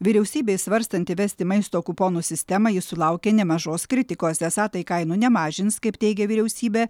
vyriausybei svarstant įvesti maisto kuponų sistemą ji sulaukė nemažos kritikos esą tai kainų nemažins kaip teigia vyriausybė